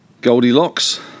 Goldilocks